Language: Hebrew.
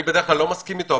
בדרך כלל אני לא מסכים אתו.